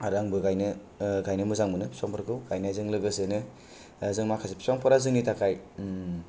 आरो आं बो गायनो गायनो मोजां मोनो बिफांफोरखौ गायनाय जों लोगोसे नो जों माखासे बिफांफोरा जोंनि थाखाय